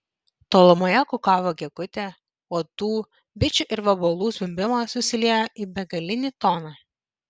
tolumoje kukavo gegutė uodų bičių ir vabalų zvimbimas susiliejo į begalinį toną